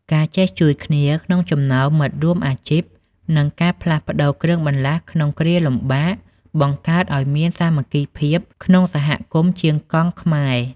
ការចេះជួយគ្នាក្នុងចំណោមមិត្តរួមអាជីព និងការផ្លាស់ប្តូរគ្រឿងបន្លាស់ក្នុងគ្រាលំបាក បង្កើតឱ្យមានសាមគ្គីភាពក្នុងសហគមន៍ជាងកង់ខ្មែរ។